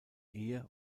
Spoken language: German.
ehe